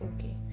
okay